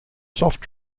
soft